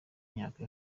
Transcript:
myaka